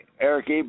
Eric